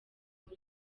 muri